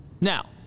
Now